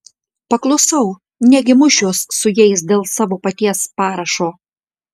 paklusau negi mušiuos su jais dėl savo paties parašo